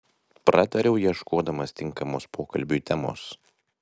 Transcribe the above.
pratariau ieškodamas tinkamos pokalbiui temos